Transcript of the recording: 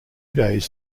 days